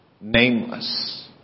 Nameless